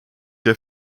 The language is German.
der